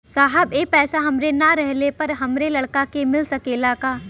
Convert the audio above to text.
साहब ए पैसा हमरे ना रहले पर हमरे लड़का के मिल सकेला का?